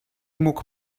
мог